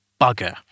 bugger